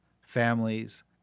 Families